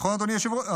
נכון, אדוני השר?